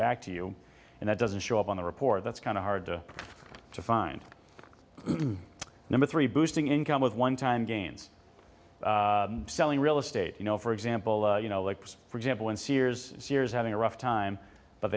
back to you and that doesn't show up on the report that's kind of hard to find number three boosting income with one time gains selling real estate you know for example you know likes for example in sears sears having a rough time but